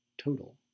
total